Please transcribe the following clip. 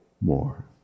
more